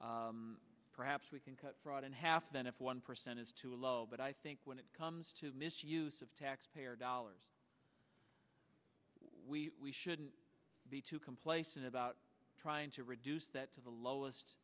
perhaps we can cut fraud in half then if one percent is too low but i think when it comes to misuse of taxpayer dollars we shouldn't be too complacent about trying to reduce that to the lowest